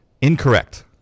Incorrect